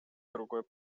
другой